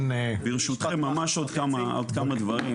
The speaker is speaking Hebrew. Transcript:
ברשותכם ממש עוד כמה דברים.